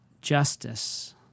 justice